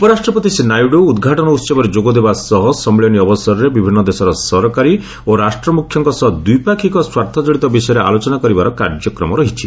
ଉପରାଷ୍ଟ୍ରପତି ଶ୍ରୀ ନାଇଡ଼ୁ ଉଦ୍ଘାଟନ ଉହବରେ ଯୋଗଦେବା ସହ ସମ୍ମିଳନୀ ଅବସରରେ ବିଭିନ୍ନ ଦେଶର ସରକାରୀ ଓ ରାଷ୍ଟ୍ରମୁଖ୍ୟଙ୍କ ସହ ଦ୍ୱିପାକ୍ଷିକ ସ୍ୱାର୍ଥଜଡ଼ିତ ବିଷୟରେ ଆଲୋଚନା କରିବାର କାର୍ଯ୍ୟକ୍ରମ ହିଛି